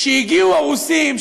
כשהגיעו הרוסים,